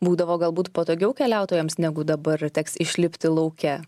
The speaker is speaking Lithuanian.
būdavo galbūt patogiau keliautojams negu dabar teks išlipti lauke